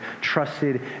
trusted